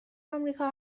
امریکا